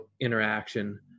interaction